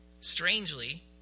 strangely